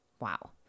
Wow